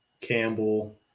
Campbell –